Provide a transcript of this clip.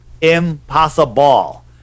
Impossible